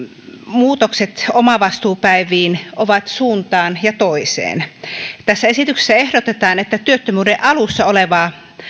muutokset omavastuupäiviin ovat suuntaan ja toiseen tässä esityksessä ehdotetaan että työttömyyden alussa olevaa